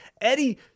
Eddie